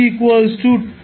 কীভাবে